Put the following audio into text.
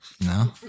No